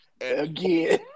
again